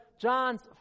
John's